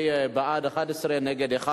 בעד, 11, אחד נגד.